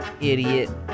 idiot